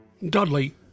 Dudley